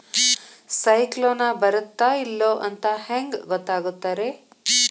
ಸೈಕ್ಲೋನ ಬರುತ್ತ ಇಲ್ಲೋ ಅಂತ ಹೆಂಗ್ ಗೊತ್ತಾಗುತ್ತ ರೇ?